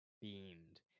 beamed